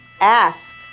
ask